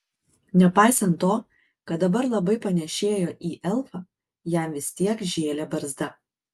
nepaisant to kad dabar labai panėšėjo į elfą jam vis tiek žėlė barzda